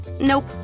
Nope